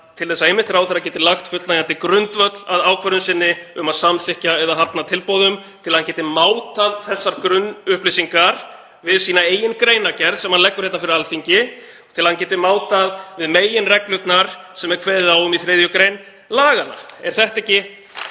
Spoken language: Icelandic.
til þess að ráðherra geti lagt fullnægjandi grundvöll að ákvörðun sinni um að samþykkja eða hafna tilboðum, til að hann geti mátað þessar grunnupplýsingar við sína eigin greinargerð sem hann leggur fyrir Alþingi og til að hann geti mátað þær við meginreglurnar sem er kveðið á um í 3. gr. laganna? Er þetta ekki